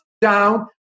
down